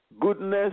Goodness